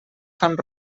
fan